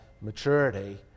maturity